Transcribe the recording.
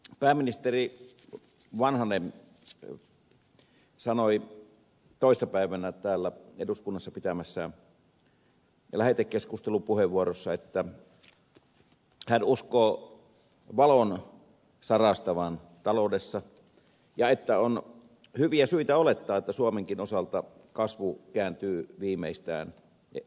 pääministeri vanhanen sanoi toissa päivänä täällä eduskunnassa pitämässään lähetekeskustelupuheenvuorossa että hän uskoo valon sarastavan taloudessa ja että on hyviä syitä olettaa että suomenkin osalta kasvu käynnistyy viimeistään ensi vuonna